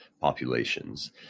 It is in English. populations